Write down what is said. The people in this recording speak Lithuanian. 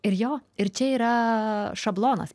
ir jo ir čia yra šablonas